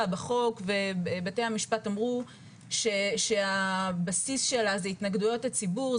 בחוק ובתי המשפט אמרו שהבסיס שלה זה התנגדויות הציבור.